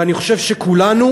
ואני חושב שכולנו,